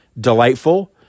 delightful